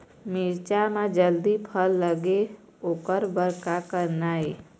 मिरचा म जल्दी फल लगे ओकर बर का करना ये?